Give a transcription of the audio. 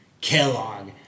Kellogg